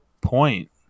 point